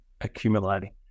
accumulating